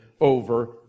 over